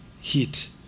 heat